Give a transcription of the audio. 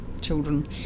children